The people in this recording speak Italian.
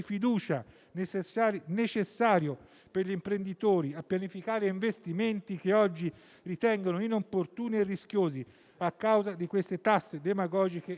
necessario agli imprenditori per pianificare gli investimenti che oggi ritengono inopportuni e rischiosi a causa di queste tasse demagogiche e inutili.